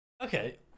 okay